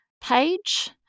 page